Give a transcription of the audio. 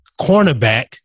cornerback